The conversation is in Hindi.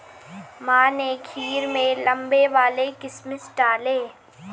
माँ ने खीर में लंबे वाले किशमिश डाले